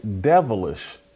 devilish